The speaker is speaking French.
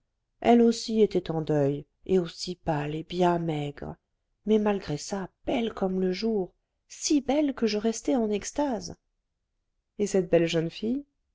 elle était aussi en deuil et aussi pâle et bien maigre mais malgré ça belle comme le jour si belle que je restai en extase et cette belle jeune fille